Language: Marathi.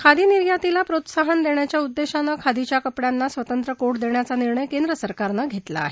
खादी निर्यातीला प्रोत्साहन देण्याच्या उद्देशानं खादीच्या कपड्यांना स्वतंत्र कोड देण्याचा निर्णय केंद्र सरकारनं घेतला आहे